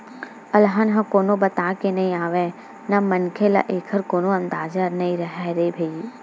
अलहन ह कोनो बताके नइ आवय न मनखे ल एखर कोनो अंदाजा नइ राहय रे भई